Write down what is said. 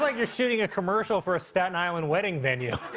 like you're shooting a commercial for a staten island wedding venue.